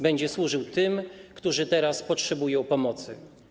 Będzie służył tym, którzy teraz potrzebują pomocy.